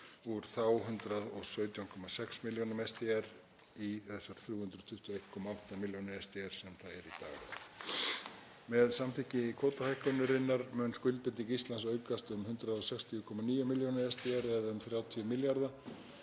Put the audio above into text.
úr 117,6 milljónum SDR í þessar 321,8 milljónir SDR, sem það er í dag. Með samþykki kvótahækkunarinnar mun skuldbinding Íslands aukast um 160,9 milljónir SDR eða um 30 milljarða.